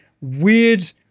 weird